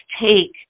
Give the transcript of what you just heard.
take